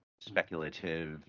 speculative